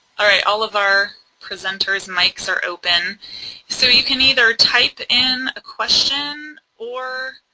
alright, all of our presenters mic's are open so, you can either type in a question or,